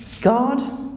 God